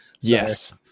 Yes